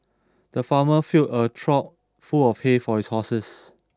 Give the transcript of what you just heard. the farmer filled a trough full of hay for his horses